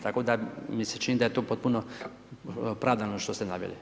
Tako da mi se čini da je to potpuno opravdano što ste naveli.